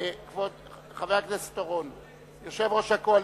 חבר הכנסת אורון, יושב-ראש הקואליציה,